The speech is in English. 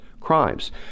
crimes